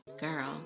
girl